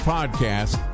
Podcast